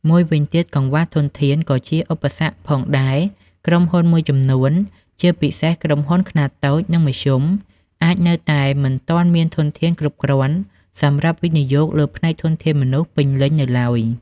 មួយវិញទៀត កង្វះធនធាន ក៏ជាឧបសគ្គផងដែរ ក្រុមហ៊ុនមួយចំនួន ជាពិសេសក្រុមហ៊ុនខ្នាតតូច និងមធ្យម អាចនៅតែមិនទាន់មានធនធានគ្រប់គ្រាន់សម្រាប់វិនិយោគលើផ្នែកធនធានមនុស្សពេញលេញនៅឡើយ។